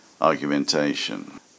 argumentation